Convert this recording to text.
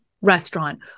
restaurant